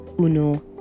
uno